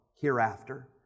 hereafter